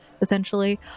essentially